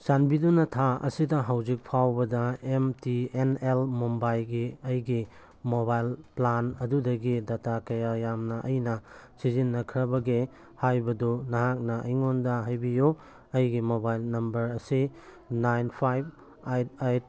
ꯆꯥꯟꯕꯤꯗꯨꯅ ꯊꯥ ꯑꯁꯤꯗ ꯍꯧꯖꯤꯛ ꯐꯥꯎꯕꯗ ꯑꯦꯝ ꯇꯤ ꯑꯦꯟ ꯑꯦꯜ ꯃꯨꯝꯕꯥꯏꯒꯤ ꯑꯩꯒꯤ ꯃꯣꯕꯥꯏꯜ ꯄ꯭ꯂꯥꯟ ꯑꯗꯨꯗꯒꯤ ꯗꯥꯇꯥ ꯀꯌꯥ ꯌꯥꯝꯅ ꯑꯩꯅ ꯁꯤꯖꯤꯟꯅꯈ꯭ꯔꯕꯒꯦ ꯍꯥꯏꯕꯗꯨ ꯅꯍꯥꯛꯅ ꯑꯩꯉꯣꯟꯗ ꯍꯥꯏꯕꯤꯎ ꯑꯩꯒꯤ ꯃꯣꯕꯥꯏꯜ ꯅꯝꯕꯔ ꯑꯁꯤ ꯅꯥꯏꯟ ꯐꯥꯏꯚ ꯑꯩꯠ ꯑꯩꯠ